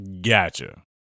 Gotcha